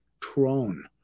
trone